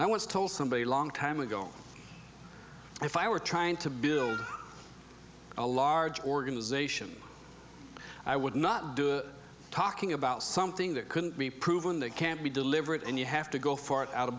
once told somebody long time ago if i were trying to build a large organization i would not do a talking about something that couldn't be proven that can't be delivered and you have to go far out of